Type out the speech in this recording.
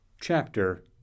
Chapter